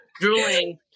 drooling